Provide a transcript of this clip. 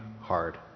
hard